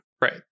Right